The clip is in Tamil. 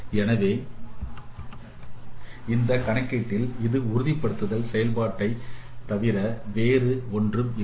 எனவே இந்த கணக்கீடு ஒரு உறுதிப்படுத்துதல் செயல்பாட்டை தவிர வேறு ஒன்றும் இல்லை